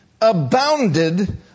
abounded